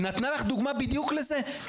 יש פינת --- לא משנה, בסדר, יש פה עוד אנשים.